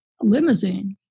limousine